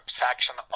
section